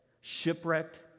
shipwrecked